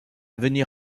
venir